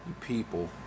People